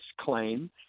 claim